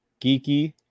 Geeky